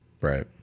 Right